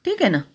ठीक आहे ना